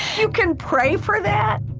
you can pray for that?